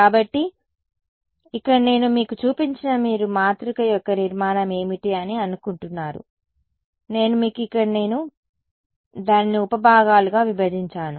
కాబట్టి ఇక్కడ నేను మీకు చూపించిన మీరు మాతృక యొక్క నిర్మాణం ఏమిటి అని అనుకుంటున్నారు నేను మీకు ఇక్కడ నేను దానిని ఉప భాగాలుగా విభజించాను